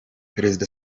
perezida